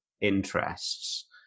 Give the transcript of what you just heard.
interests